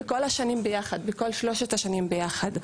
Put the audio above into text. בכל השנים ביחד, בכל שלוש השנים ביחד.